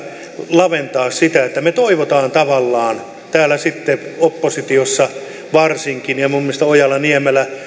laventaa sitä että me toivomme tavallaan varsinkin täällä sitten oppositiossa kuten minun mielestäni ojala niemelä